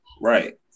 Right